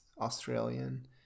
Australian